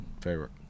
favorite